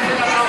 מתי?